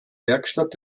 werkstatt